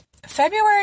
February